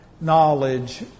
knowledge